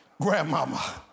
grandmama